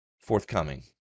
forthcoming